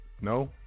No